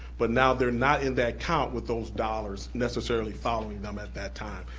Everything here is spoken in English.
but now they're not in that count with those dollars necessarily following them at that time.